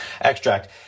extract